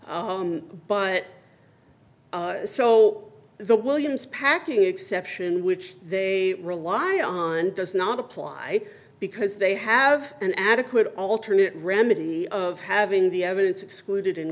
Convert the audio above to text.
but so the williams packing exception which they rely on does not apply because they have an adequate alternate remedy of having the evidence excluded in